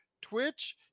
Twitch